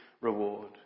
reward